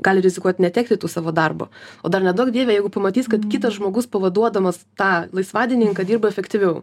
gali rizikuot netekti tų savo darbo o dar neduok dieve jeigu pamatys kad kitas žmogus pavaduodamas tą laisvadienį kad dirba efektyviau